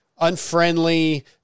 unfriendly